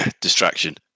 distraction